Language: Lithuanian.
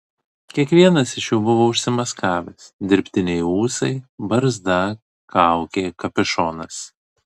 kiekvienas iš jų buvo užsimaskavęs dirbtiniai ūsai barzda kaukė kapišonas